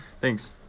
Thanks